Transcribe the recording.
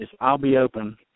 I'll-be-open